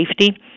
safety